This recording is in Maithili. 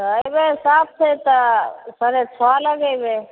तऽ अयबै सात छै तऽ साढ़े छओ लगेबै